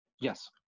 Yes